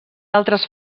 altres